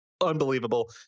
unbelievable